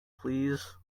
please